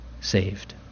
saved